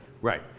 Right